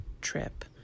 trip